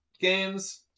games